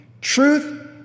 Truth